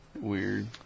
Weird